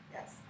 Yes